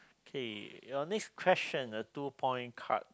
okay your next question a two point card